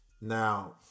Now